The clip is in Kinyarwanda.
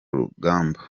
rugamba